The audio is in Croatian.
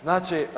Znači…